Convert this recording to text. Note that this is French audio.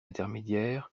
intermédiaires